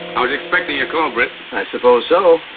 i was expecting your call, britt. i suppose so.